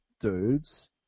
dudes